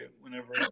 whenever